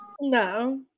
No